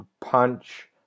punch